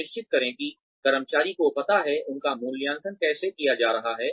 सुनिश्चित करें कि कर्मचारियों को पता है उनका मूल्यांकन कैसे किया जा रहा है